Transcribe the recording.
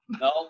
No